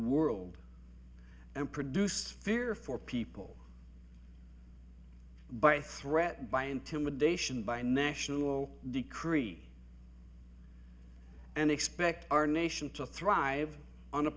world and produce fear for people by threat by intimidation by national decree and expect our nation to thrive on a